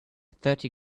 thirty